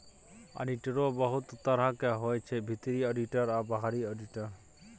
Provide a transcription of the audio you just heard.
आडिटरो बहुत तरहक होइ छै भीतरी आडिटर आ बाहरी आडिटर